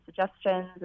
suggestions